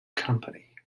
company